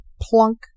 Plunk